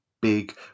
big